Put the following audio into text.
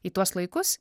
į tuos laikus